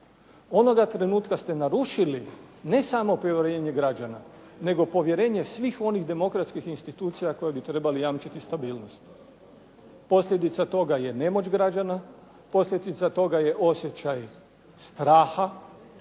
onoga trenutka ste narušili ne samo povjerenje građana, nego povjerenje svih onih demokratskih institucija koje bi trebale jamčiti stabilnost. Posljedica toga je nemoć građana, posljedica toga je osjećaj straha,